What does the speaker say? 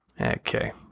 Okay